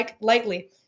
lightly